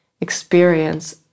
experience